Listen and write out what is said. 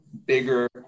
bigger